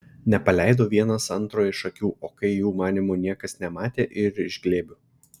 nepaleido vienas antro iš akių o kai jų manymu niekas nematė ir iš glėbių